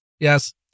Yes